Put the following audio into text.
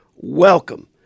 Welcome